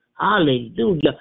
Hallelujah